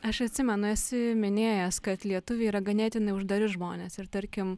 aš atsimenu esi minėjęs kad lietuviai yra ganėtinai uždari žmonės ir tarkim